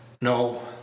no